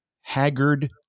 haggard